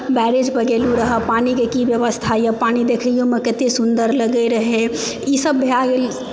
barrage पर गेलहुॅं रहए पानिके कि ब्यबस्था यऽ पानि देखैयोमे कतेक सुन्दर लगै रहै ईसब भए गेल